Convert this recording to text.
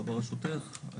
לא בראשותך,